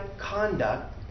conduct